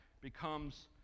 becomes